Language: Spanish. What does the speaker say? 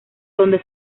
donde